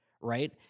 right